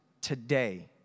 today